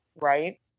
right